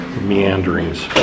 meanderings